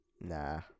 Nah